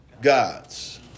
gods